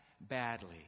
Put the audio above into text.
badly